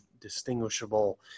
distinguishable